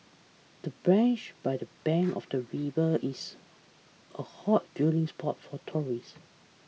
the branch by the bank of the river is a hot viewing spot for tourists